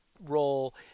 role